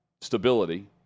stability